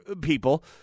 people